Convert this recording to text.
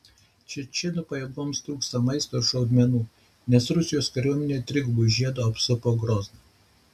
čečėnų pajėgoms trūksta maisto ir šaudmenų nes rusijos kariuomenė trigubu žiedu apsupo grozną